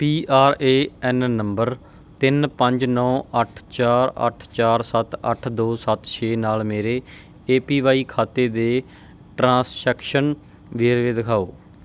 P R A N number ਤਿੰਨ ਪੰਜ ਨੌ ਅੱਠ ਚਾਰ ਅੱਠ ਚਾਰ ਸੱਤ ਅੱਠ ਦੋ ਸੱਤ ਛੇ ਨਾਲ ਮੇਰੇ ਏ ਪੀ ਵਾਈ ਖਾਤੇ ਦੇ ਟ੍ਰਾਂਸੈਕਸ਼ਨ ਵੇਰਵੇ ਦਿਖਾਓ